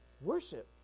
Worship